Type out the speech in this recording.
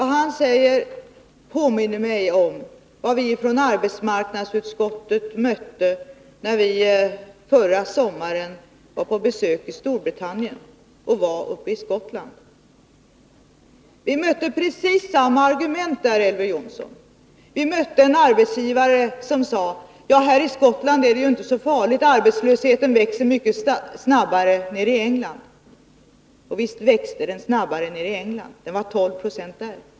Detta påminner mig om den attityd vi från arbetsmarknadsutskottet mötte när vi förra sommaren var på besök i Storbritannien. I Skottland mötte vi precis samma argument, Elver Jonsson. Vi träffade en arbetsgivare som sade: Här i Skottland är det inte så farligt — arbetslösheten växer mycket snabbare i England. Och visst växte den snabbare i England. Där var den 12 90.